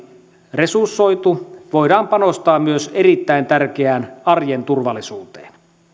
resursoitu voidaan panostaa myös erittäin tärkeään arjen turvallisuuteen